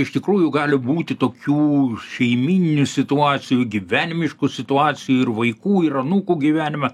iš tikrųjų gali būti tokių šeimyninių situacijų gyvenimiškų situacijų ir vaikų ir anūkų gyvenime